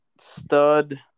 Stud